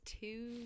two